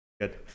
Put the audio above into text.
Good